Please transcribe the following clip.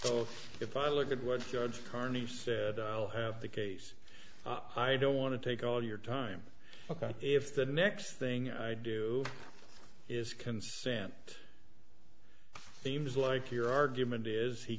so if i look at what judge carney said i'll have the case i don't want to take all your time because if the next thing i do is consent seems like your argument is he